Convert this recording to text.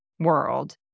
world